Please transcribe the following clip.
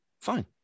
fine